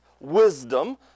wisdom